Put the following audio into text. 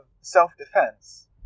self-defense